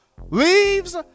leaves